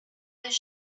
this